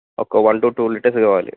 ఒక one two two litres కావాలి